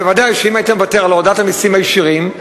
ודאי שאם היית מוותר על הורדת המסים הישירים,